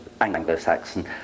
Anglo-Saxon